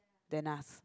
than us